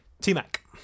T-Mac